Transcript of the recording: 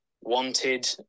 wanted